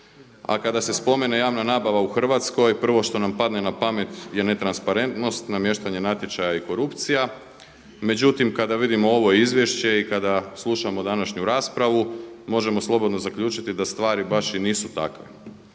A kada se spomene javna nabava u Hrvatskoj prvo što nam padne na pamet je ne transparentnost, namještanje natječaja i korupcija. Međutim kada vidimo ovo izvješće i kada slušamo današnju raspravu možemo slobodno zaključiti da stvari baš i nisu takve.